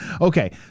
Okay